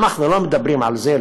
אנחנו לא מדברים על זה,